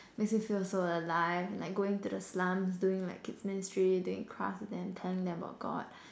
makes you feel so alive like going to the slums doing like kids ministry doing craft with them telling them about God